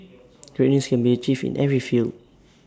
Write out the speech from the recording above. greatness can be achieved in every field